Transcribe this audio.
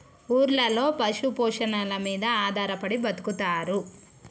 ఊర్లలో పశు పోషణల మీద ఆధారపడి బతుకుతారు